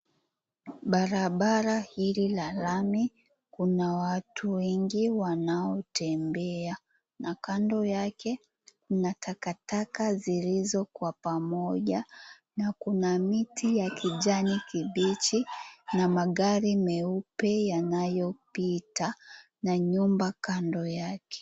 Barabara hili la lami, kuna watu wengi wanaotembea. Na kando yake mna takataka zilizo kwa pamoja na kuna miti ya kijani kibichi na magari meupe yanayopita, na nyumba kando yake.